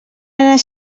anar